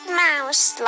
mouse